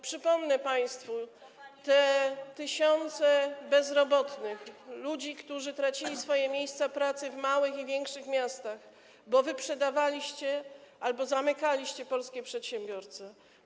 Przypomnę państwu te tysiące bezrobotnych, ludzi, którzy tracili miejsca pracy w małych i większych miastach, bo wyprzedawaliście albo zamykaliście polskie przedsiębiorstwa.